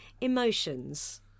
emotions